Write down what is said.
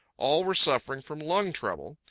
all were suffering from lung trouble.